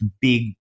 big